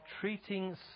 treating